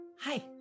hi